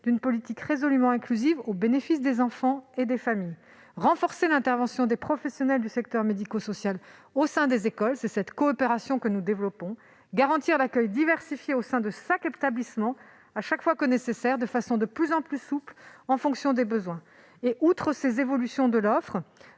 d'une politique résolument inclusive au bénéfice des enfants et des familles : renforcer l'intervention des professionnels du secteur médico-social au sein des écoles- c'est cette coopération que nous développons -, garantir l'accueil diversifié au sein des établissements chaque fois que nécessaire, et ce de façon plus souple en fonction des besoins. Outre ces évolutions de l'offre,